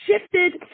shifted